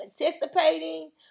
anticipating